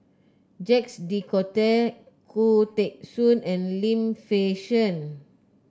Jacques De Coutre Khoo Teng Soon and Lim Fei Shen